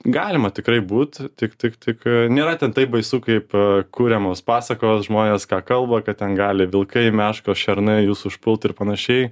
galima tikrai būt tik tik tik nėra ten taip baisu kaip kuriamos pasakos žmonės ką kalba kad ten gali vilkai meškos šernai jus užpult ir panašiai